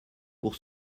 pour